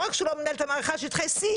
לא רק שהוא לא מנהל את המערכה על שטחי סין